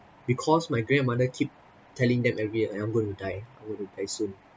because my grandmother keep telling them everyday eh I'm going to die I'm going to die soon